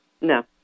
No